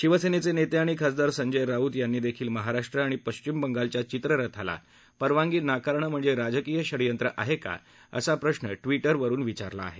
शिवसेनेचे नेते आणि खासदार संजय राऊत यांनीही महाराष्ट्र आणि पश्चिम बंगालच्या चित्ररथाला परवानगी नाकारणं म्हणजे राजकीय षडयंत्र आहे का असा प्रश्न ट्विटरवरून विचारला आहे